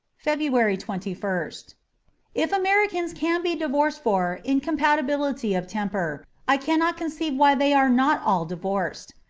february twenty first if americans can be divorced for incom patibility of temper i cannot conceive why they are not all divorced.